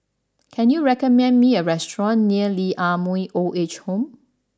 can you recommend me a restaurant near Lee Ah Mooi Old Age Home